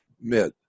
mid